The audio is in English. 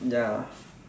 ya